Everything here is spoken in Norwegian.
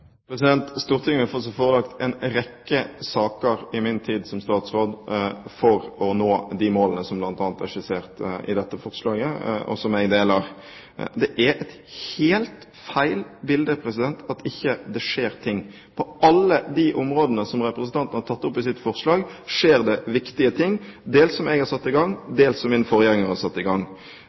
Stortinget har fått seg forelagt en rekke saker i min tid som statsråd for å nå de målene som bl.a. er skissert i dette forslaget, og som jeg deler. Det er et helt feil bilde at det ikke skjer ting. På alle de områdene som representanten har tatt opp i sitt forslag, skjer det viktige ting, dels som jeg har satt i gang, og dels som mine forgjengere har satt i gang.